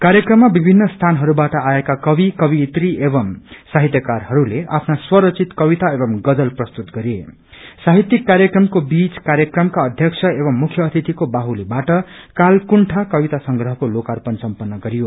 काप्रक्रममा विभिन्न सीनहरूबाअ आएका कवि कवियत्री एवं साहितयकारहरूले आफ्ना स्वरयित कविता एवं गजल प्रस्तुत गरेँ सहित्यिक कार्यक्रमको बीच कार्यक्रमका अध्यक्ष एवं मुख्य अतिथिको बाहुलीवाट काल कृण्डा कविता संगहको लोकार्पण समपन्न गरियो